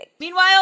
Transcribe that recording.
Meanwhile